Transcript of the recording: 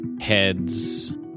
heads